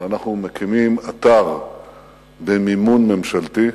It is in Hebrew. אבל אנחנו מקימים אתר במימון ממשלתי,